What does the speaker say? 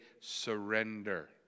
surrender